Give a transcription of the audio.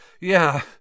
Yeah